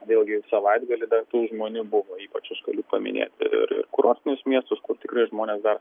vėlgi savaitgalį dar tų žmonių buvo ypač galiu paminėti ir ir kurortinius miestus kur tikrai žmonės dar